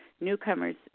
newcomers